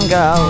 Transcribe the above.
go